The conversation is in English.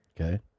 Okay